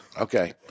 Okay